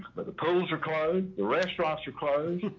but the polls are closed, the restaurants are closed.